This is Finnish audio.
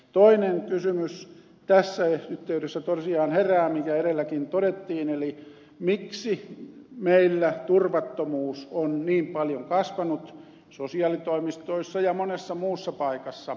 toinen kysymys tässä yhteydessä tosiaan herää mikä edelläkin todettiin eli miksi meillä turvattomuus on niin paljon kasvanut sosiaalitoimistoissa ja monessa muussa paikassa